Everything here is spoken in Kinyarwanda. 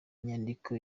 nyandiko